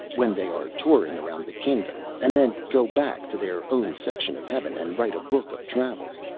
when they are touring around the kingdom, and then go back to their own section of heaven and write a book of travels,